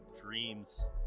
dreams